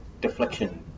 deflection